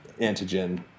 Antigen